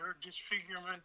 disfigurement